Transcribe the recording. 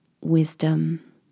Wisdom